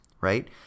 right